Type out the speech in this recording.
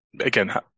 again